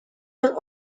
are